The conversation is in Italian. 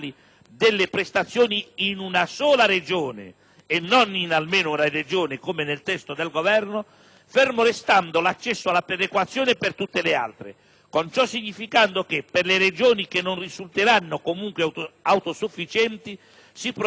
delle prestazioni in «una sola Regione» e non in «almeno» una Regione, come nel testo del Governo, fermo restando l'accesso alla perequazione per tutte le altre, con ciò significando che, per le Regioni che non risulteranno comunque autosufficienti, si provvederà